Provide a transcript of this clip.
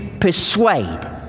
persuade